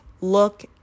look